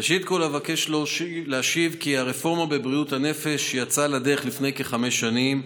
ראשית אבקש להשיב כי הרפורמה בבריאות הנפש יצאה לדרך לפני כחמש שנים,